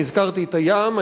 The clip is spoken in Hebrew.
אני הזכרתי את הים,